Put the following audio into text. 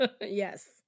yes